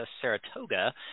saratoga